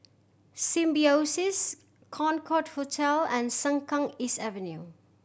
Symbiosis Concorde Hotel and Sengkang East Avenue